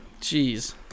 Jeez